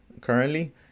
currently